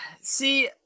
See